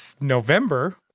November